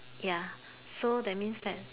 ya so that means that